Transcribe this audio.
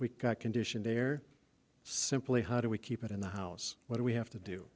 we've got condition there simply how do we keep it in the house where we have to do